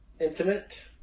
intimate